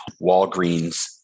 Walgreens